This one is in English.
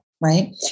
right